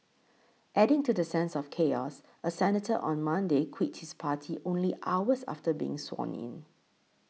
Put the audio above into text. adding to the sense of chaos a senator on Monday quit his party only hours after being sworn in